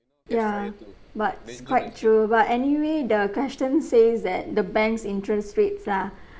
ya but it's quite true but anyway the question says that the bank's interest rates lah